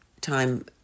time